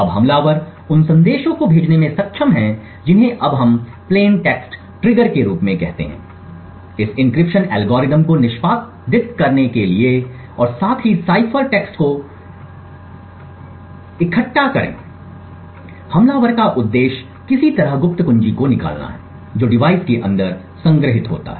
अब हमलावर उन संदेशों को भेजने में सक्षम है जिन्हें अब हम प्लेन टेक्स्ट ट्रिगर के रूप में कहते हैं इस एन्क्रिप्शन एल्गोरिथ्म को निष्पादित करने के लिए और साथ ही साइफर टेक्स्ट को इकट्ठा करें हमलावर का उद्देश्य किसी तरह गुप्त कुंजी को निकालना है जो डिवाइस के अंदर संग्रहीत होता है